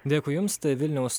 dėkui jums tai vilniaus